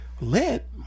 Let